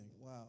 Wow